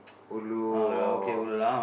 ulu or